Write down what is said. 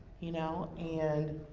you know, and.